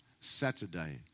Saturday